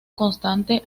constante